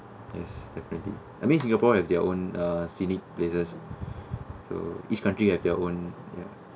yes definitely I mean singapore have their own uh scenic places so each country have their own ya